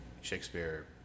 shakespeare